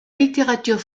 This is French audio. littérature